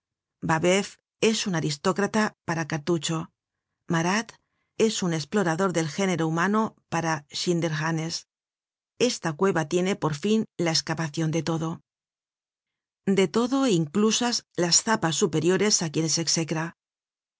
un periódico babeuf es un aristócrata para cartucho marat es un esplotador del género humano para schinderhannes esta cueva tiene por fin la escavacion de todo de todo inclusas las zapas superiores á quienes